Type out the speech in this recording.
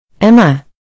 Emma